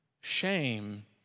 shame